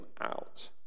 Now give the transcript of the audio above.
out